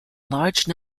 large